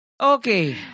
Okay